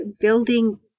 building